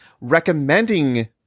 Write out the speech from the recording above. recommending